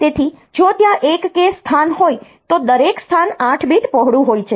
તેથી જો ત્યાં 1K સ્થાન હોય તો દરેક સ્થાન 8 બીટ પહોળું હોય છે